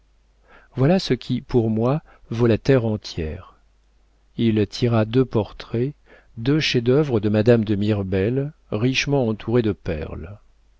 voilà ce qui pour moi vaut la terre entière il tira deux portraits deux chefs-d'œuvre de madame de mirbel richement entourés de perles